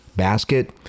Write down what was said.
basket